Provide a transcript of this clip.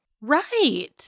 Right